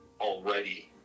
already